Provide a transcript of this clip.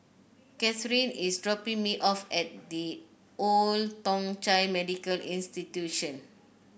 Kathyrn is dropping me off at The Old Thong Chai Medical Institution